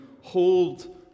hold